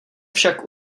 však